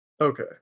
Okay